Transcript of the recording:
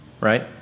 Right